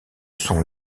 sont